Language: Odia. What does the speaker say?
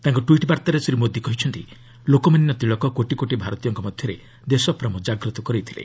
ତାଙ୍କ ଟ୍ୱିଟ୍ ବାର୍ତ୍ତାରେ ଶ୍ରୀ ମୋଦି କହିଛନ୍ତି ଲୋକମାନ୍ୟ ତିଲକ କୋଟି କୋଟି ଭାରତୀୟଙ୍କ ମଧ୍ୟରେ ଦେଶପ୍ରେମ କାଗ୍ରତ କରାଇଥିଲେ